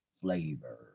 flavor